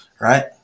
right